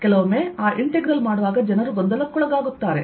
ಕೆಲವೊಮ್ಮೆ ಆ ಇಂಟೆಗ್ರಲ್ ಮಾಡುವಾಗ ಜನರು ಗೊಂದಲಕ್ಕೊಳಗಾಗುತ್ತಾರೆ